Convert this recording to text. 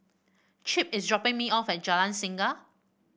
Chip is dropping me off at Jalan Singa